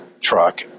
truck